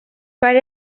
per